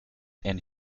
and